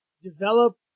develop